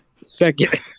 Second